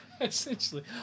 Essentially